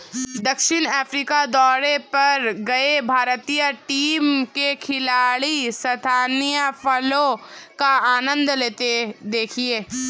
दक्षिण अफ्रीका दौरे पर गए भारतीय टीम के खिलाड़ी स्थानीय फलों का आनंद लेते दिखे